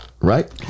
Right